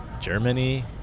Germany